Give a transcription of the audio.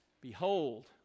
Behold